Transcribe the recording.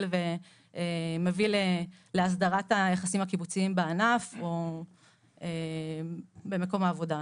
ומביא להסדרת היחסים הקיבוציים בענף או במקום העבודה.